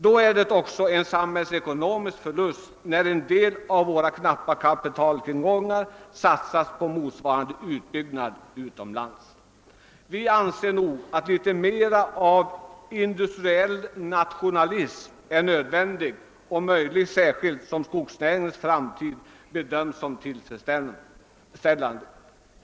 Då är det också en samhällsekonomisk förlust när en del av våra knappa kapitaltillgångar satsas på motsvarande utbyggnad utomlands.» Vi anser faktiskt att litet mera av industriell nationalism är nödvändigt och möjligt, särskilt som skogsnäringens framtid bedöms som tillfredsställande.